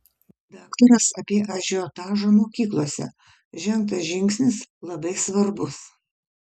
daktaras apie ažiotažą mokyklose žengtas žingsnis labai svarbus